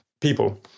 people